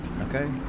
Okay